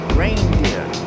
reindeer